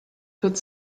put